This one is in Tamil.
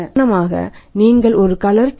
உதாரணமாக நீங்கள் ஒரு கலர் T